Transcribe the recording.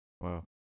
Wow